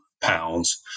pounds